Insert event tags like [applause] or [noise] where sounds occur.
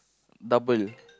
double [noise]